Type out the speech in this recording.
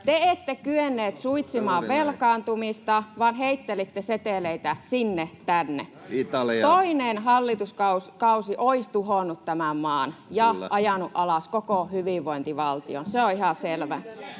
Te ette kyenneet suitsimaan velkaantumista vaan heittelitte seteleitä sinne tänne. [Petri Huru: Italiaan! — Välihuutoja] Toinen hallituskausi olisi tuhonnut tämän maan ja ajanut alas koko hyvinvointivaltion. Se on ihan selvä.